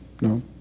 No